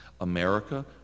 america